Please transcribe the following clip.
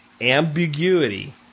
ambiguity